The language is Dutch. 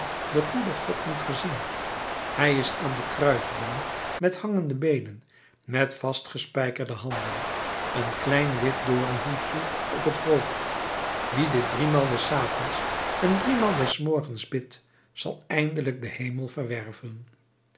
den goeden god niet gezien hij is aan den kruisboom met hangende beenen met vastgespijkerde handen een klein wit doornhoedje op het hoofd wie dit driemaal des avonds en driemaal des morgens bidt zal eindelijk den hemel verwerven